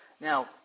Now